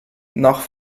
nach